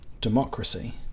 democracy